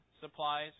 supplies